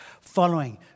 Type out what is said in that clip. following